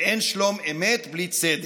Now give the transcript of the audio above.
ואין שלום אמת בלי צדק.